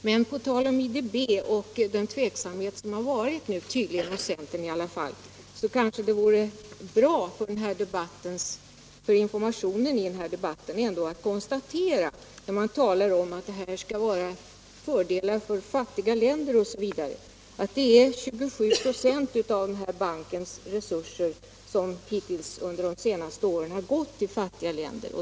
Men på tal om IDB och den tveksamhet som tydligen rått hos centern i alla fall, så kanske det vore bra för informationen i den här debatten att konstatera, när man talar om att det skulle vara fördelar för fattiga länder osv., att 27 26 av bankens resurser under de senaste åren gått till fattiga länder.